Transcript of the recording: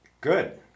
Good